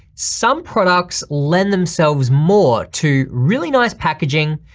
some products lend themselves more to really nice packaging.